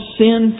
sin